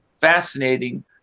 fascinating